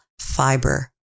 Fiber